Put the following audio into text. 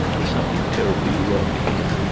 there's something terribly wrong here,